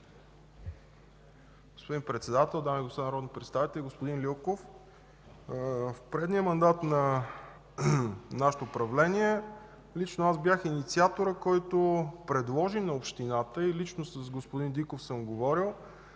Господин Председател, дами и господа народни представители! Господин Лилков, в предния мандат на нашето управление лично аз бях инициаторът, който предложи на общината и лично съм говорил